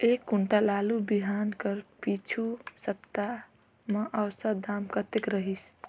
एक कुंटल आलू बिहान कर पिछू सप्ता म औसत दाम कतेक रहिस?